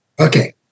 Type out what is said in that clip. Okay